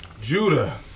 Judah